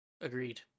Agreed